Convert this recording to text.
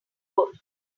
good